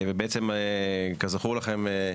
כזכור לכם,